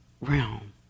realm